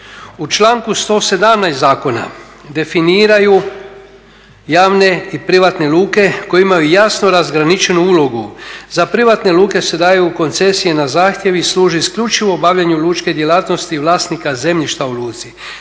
U članku 117. zakona definiraju javne i privatne luke koje imaju jasno razgraničenu ulogu. Za privatne luke se daju koncesije na zahtjev i služi isključivo obavljanju lučke djelatnosti vlasnika zemljišta u luci.